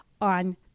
on